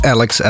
Alex